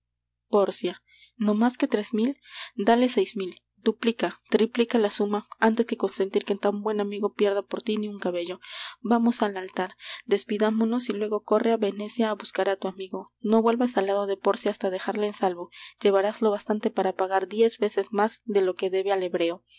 pórcia no más que tres mil dale seis mil duplica triplica la suma antes que consentir que tan buen amigo pierda por tí ni un cabello vamos al altar despidámonos y luego corre á venecia á buscar á tu amigo no vuelvas al lado de pórcia hasta dejarle en salvo llevarás lo bastante para pagar diez veces más de lo que debe al hebreo